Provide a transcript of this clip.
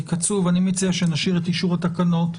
שנשאיר את אישור התקנות,